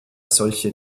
solche